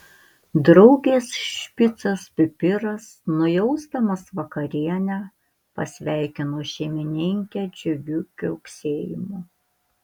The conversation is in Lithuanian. draugės špicas pipiras nujausdamas vakarienę pasveikino šeimininkę džiugiu kiauksėjimu